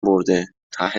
برده، ته